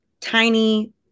tiny